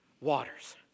waters